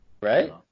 Right